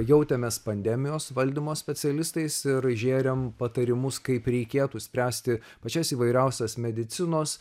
jautėmės pandemijos valdymo specialistais ir žėrėm patarimus kaip reikėtų spręsti pačias įvairiausias medicinos